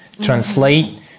translate